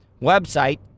website